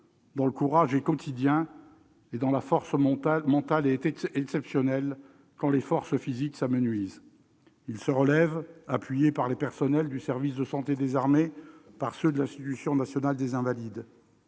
dont le courage est quotidien et dont la force mentale est exceptionnelle, quand leurs forces physiques s'amenuisent. Ils se relèvent, appuyés par les personnels du service de santé des armées et de l'Institution nationale des Invalides.